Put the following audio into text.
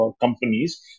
companies